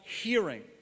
hearing